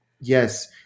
Yes